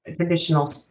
traditional